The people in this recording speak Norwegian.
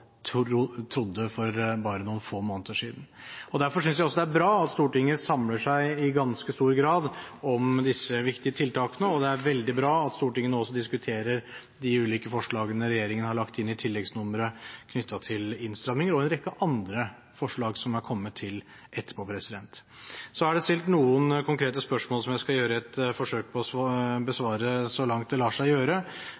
trodde for bare noen få måneder siden. Derfor synes jeg også det er bra at Stortinget samler seg i ganske stor grad om disse viktige tiltakene, og det er veldig bra at Stortinget nå også diskuterer de ulike forslagene regjeringen har lagt inn i tilleggsnummeret knyttet til innstramminger og en rekke andre forslag som er kommet til etterpå. Så er det stilt noen konkrete spørsmål, som jeg skal gjøre et forsøk på å besvare så langt det lar seg gjøre.